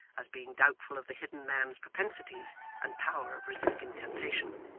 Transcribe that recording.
as being doubtful of the hidden man's propensities and power of resisting temptation.